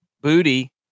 Booty